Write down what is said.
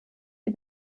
die